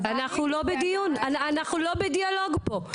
לקידום מעמד האישה ולשוויון מגדרי): << יור >> אנחנו לא בדיאלוג פה.